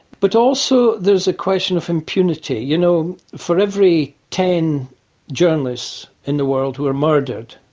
but also there's a question of impunity. you know, for every ten journalists in the world who are murdered,